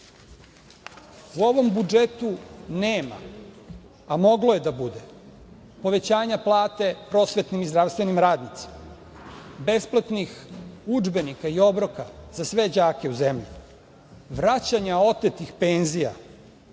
ovom budžetu nema, a moglo je da bude povećanja plate prosvetnim i zdravstvenim radnicima, besplatnih udžbenika i obroka za sve đake u zemlji, vraćanja otetih penzija,